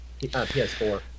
PS4